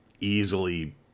easily